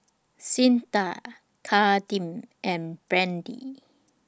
Cyntha Kadeem and Brady